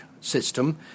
system